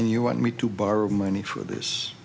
and you want me to borrow money for this